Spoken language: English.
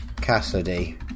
Cassidy